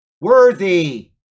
worthy